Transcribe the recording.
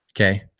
Okay